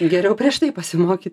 geriau prieš tai pasimokyt